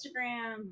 Instagram